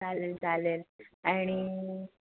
चालेल चालेल आणि